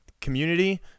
community